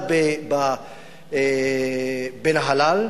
נולד בנהלל,